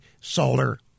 solar